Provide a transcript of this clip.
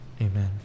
Amen